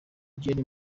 gen